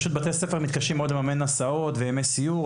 אבל בתי ספר מתקשים מאוד לממן הסעות וימי סיור,